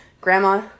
grandma